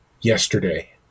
yesterday